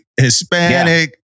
Hispanic